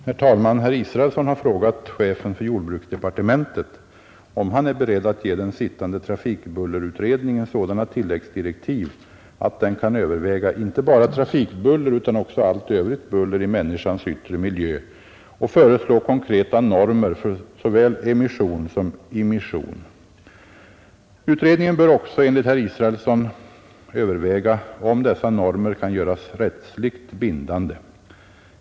Herr talman! Herr Israelsson har frågat chefen för jordbruksdepartementet om han är beredd att ge den sittande trafikbullerutredningen sådana tilläggsdirektiv att den kan överväga inte bara trafikbuller utan också allt övrigt buller i människans yttre miljö och föreslå konkreta normer för såväl emission som immission. Utredningen bör också enligt herr Israelsson överväga om dessa normer kan göras rättsligt bindande.